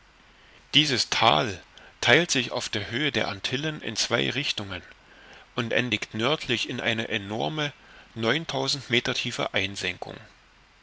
dieses thal theilt sich auf der höhe der antillen in zwei richtungen und endigt nördlich in eine enorme neuntausend meter tiefe einsenkung